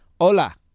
hola